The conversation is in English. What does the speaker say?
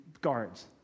guards